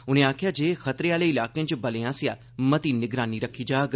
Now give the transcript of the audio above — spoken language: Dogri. उन्नें आक्खेआ जे खतरे आहले इलाकें च बलें आसेआ मती निगरानी रक्खी जाग